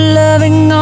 loving